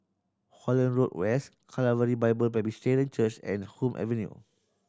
Holland Road West Calvary Bible Presbyterian Church and Hume Avenue